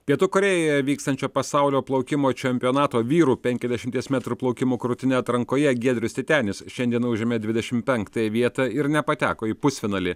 pietų korėjoje vykstančio pasaulio plaukimo čempionato vyrų penkiasdešimies metrų plaukimo krūtine atrankoje giedrius titenis šiandien užėmė dvidešim penktąją vietą ir nepateko į pusfinalį